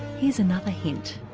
here's another hint.